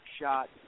shot